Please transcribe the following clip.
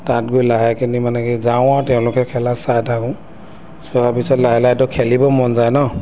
তাত গৈ লাহেকৈনি মানে কি যাওঁ আৰু তেওঁলোকে খেলা চাই থাকোঁ চোৱাৰ পিছত লাহে লাহেতো খেলিবও মন যায় ন'